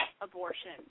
abortion